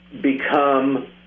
become